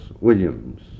Williams